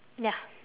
ya